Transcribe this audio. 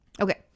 Okay